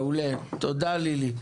מעולה, תודה לילי.